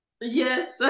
Yes